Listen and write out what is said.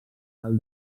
del